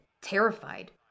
terrified